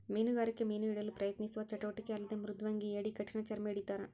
ಮೀನುಗಾರಿಕೆ ಮೀನು ಹಿಡಿಯಲು ಪ್ರಯತ್ನಿಸುವ ಚಟುವಟಿಕೆ ಅಲ್ಲದೆ ಮೃದಂಗಿ ಏಡಿ ಕಠಿಣಚರ್ಮಿ ಹಿಡಿತಾರ